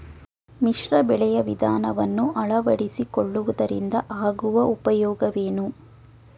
ಮಿಶ್ರ ಬೆಳೆಯ ವಿಧಾನವನ್ನು ಆಳವಡಿಸಿಕೊಳ್ಳುವುದರಿಂದ ಆಗುವ ಉಪಯೋಗವೇನು?